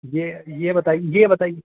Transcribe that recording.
यह यह बताई यह बताई